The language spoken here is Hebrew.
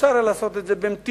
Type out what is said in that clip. אפשר היה לעשות את זה במתינות,